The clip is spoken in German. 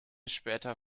später